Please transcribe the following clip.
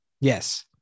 yes